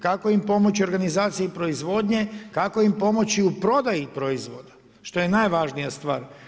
Kako im pomoći organizaciji proizvodnje, kako im pomoći u prodaji proizvoda, što je najvažnija stvar.